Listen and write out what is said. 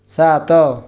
ସାତ